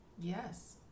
Yes